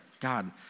God